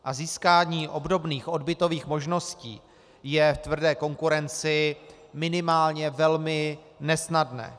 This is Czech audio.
A získání obdobných odbytových možností je v tvrdé konkurenci minimálně velmi nesnadné.